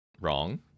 wrong